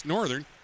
Northern